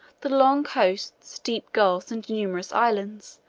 the long coasts, deep gulfs, and numerous islands,